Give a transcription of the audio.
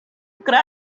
cry